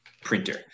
printer